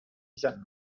jan